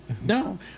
No